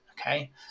okay